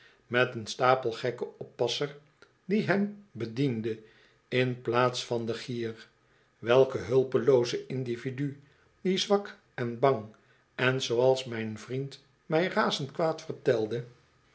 met een stapelgekken oppasser die hem bediende in plaats van den gier welke hulpelooze individu die zwak en bang en zooals mijn vriend mij razend kwaad vertelde